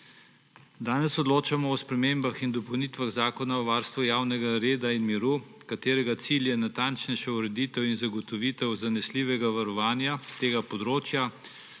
Danes odločamo o spremembah in dopolnitvah Zakona o varstvu javnega reda in miru, katerega cilj je natančnejša ureditev in zagotovitev zanesljivega varovanja tega področja,